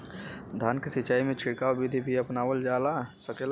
धान के सिचाई में छिड़काव बिधि भी अपनाइल जा सकेला?